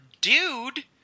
dude